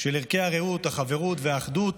של ערכי הרעות, החברות והאחדות,